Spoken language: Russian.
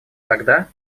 тогда